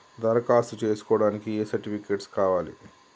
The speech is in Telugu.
దరఖాస్తు చేస్కోవడానికి ఏ సర్టిఫికేట్స్ కావాలి?